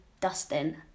Dustin